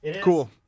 Cool